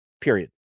period